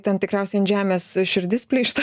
ten tikriausiai ant žemės širdis plyšta